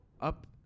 up